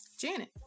Janet